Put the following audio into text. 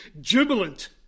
jubilant